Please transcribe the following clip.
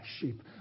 sheep